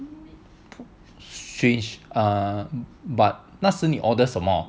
strange uh but 那时你 order 什么